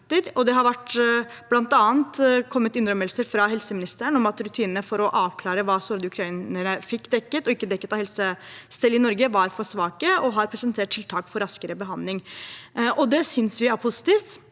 Det har bl.a. kommet innrømmelser fra helseministeren om at rutinene for å avklare hva sårede ukrainere fikk dekket og ikke dekket av helsestell i Norge, var for svake, og hun har presentert tiltak for raskere behandling. Det synes vi er positivt.